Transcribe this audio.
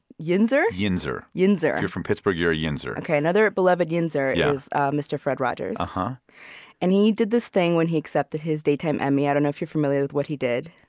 yinzer? yinzer. if you're from pittsburgh, you're a yinzer ok, another beloved yinzer is mr. fred rogers. and and he did this thing when he accepted his daytime emmy. i don't know if you're familiar with what he did?